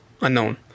unknown